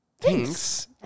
thanks